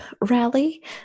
rally